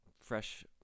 fresh